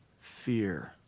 fear